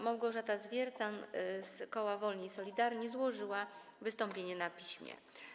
Małgorzata Zwiercan z koła Wolni i Solidarni złożyła wystąpienie na piśmie.